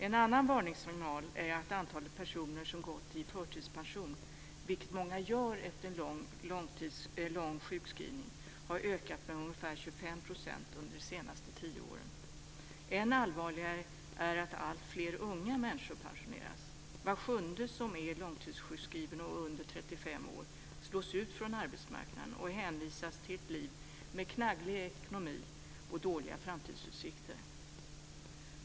En annan varningssignal är att antalet personer som har gått i förtidspension - vilket många gör efter en lång sjukskrivning - har ökat med ungefär 25 % de senaste tio åren. Än allvarligare är att alltfler unga människor pensioneras. Var sjunde som är långtidssjukskriven och under 35 år slås ut från arbetsmarknaden och hänvisas till ett liv med knagglig ekonomi och dåliga framtidsutsikter.